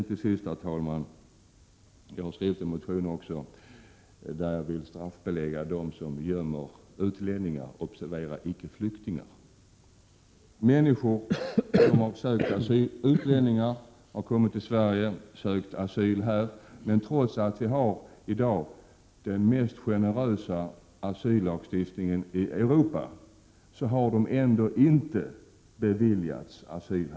Till sist, herr talman, vill jag säga att jag i en motion har föreslagit att den som gömmer utlänningar — observera icke flyktingar — skall straffas. Utlänningar har kommit till Sverige, har sökt asyl och har icke, trots att vi har den mest generösa asyllagstiftningen i Europa, beviljats asyl.